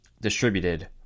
distributed